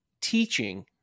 teaching